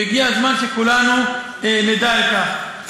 והגיע הזמן שכולנו נדע על כך.